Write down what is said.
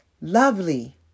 Lovely